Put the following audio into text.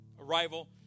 arrival